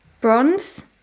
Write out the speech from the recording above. Bronze